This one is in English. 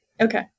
Okay